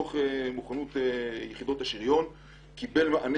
הדוח של מוכנות יחידות השריון קיבל מענה